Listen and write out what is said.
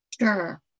Sure